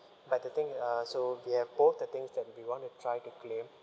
but the thing uh so we have both the things that we be want to try to claim